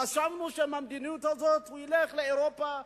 חשבנו שעם המדיניות הזאת הוא ילך לאירופה,